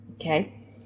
Okay